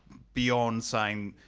beyond saying.